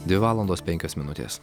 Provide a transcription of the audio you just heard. dvi valandos penkios minutės